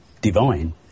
divine